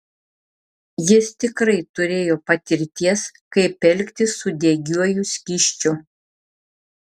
jis tikrai turėjo patirties kaip elgtis su degiuoju skysčiu